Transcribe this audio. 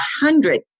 hundred